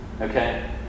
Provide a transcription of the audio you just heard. okay